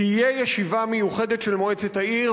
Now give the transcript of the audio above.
תהיה ישיבה מיוחדת של מועצת העיר,